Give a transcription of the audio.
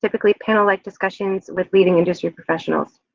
typically panel like discussions with leading industry professionals.